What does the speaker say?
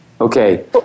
Okay